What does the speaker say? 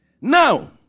Now